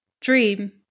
dream